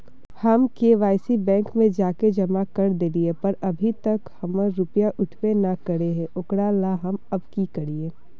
हम KYC bank में जाके जमा कर देलिए पर अभी तक हमर रुपया उठबे न करे है ओकरा ला हम अब की करिए?